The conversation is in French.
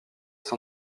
sein